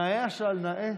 נאה השל, נאה.